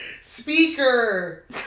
Speaker